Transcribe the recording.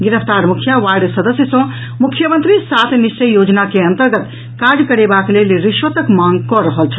गिरफ्तार मुखिया वार्ड सदस्य सॅ मुख्यमंत्री सात निश्चय योजना के अंतर्गत काज करेबाक लेल रिश्वतक मांग कऽ रहल छल